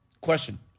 Question